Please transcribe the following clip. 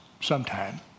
sometime